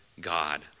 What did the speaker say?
God